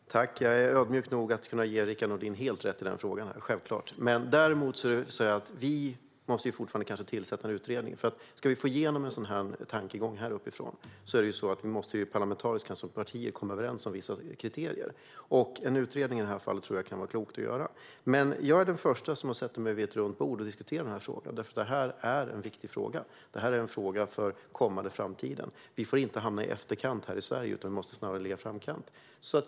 Fru talman! Jag är ödmjuk nog att kunna ge Rickard Nordin helt rätt i den frågan - självklart. Däremot måste vi kanske fortfarande tillsätta en utredning. Om vi ska få igenom en sådan tankegång här uppifrån måste vi som partier parlamentariskt komma överens om vissa kriterier. I det här fallet tror jag att det kan vara klokt att göra en utredning. Jag är den förste att sätta mig vid ett runt bord och diskutera denna fråga, för den är viktig. Det är en fråga för framtiden. Vi får inte hamna på efterkälken här i Sverige, utan vi måste snarare ligga i framkant.